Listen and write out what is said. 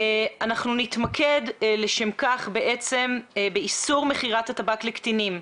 לשם כך אנחנו נתמקד באיסור מכירת הטבק לקטינים,